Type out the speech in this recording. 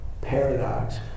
paradox